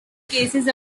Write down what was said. cases